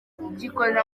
gikorera